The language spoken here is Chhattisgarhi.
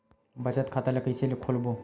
बचत खता ल कइसे खोलबों?